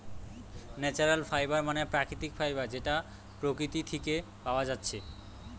natural fibre মানে প্রাকৃতিক fibre যেটা প্রকৃতি থিকে পায়া যাচ্ছে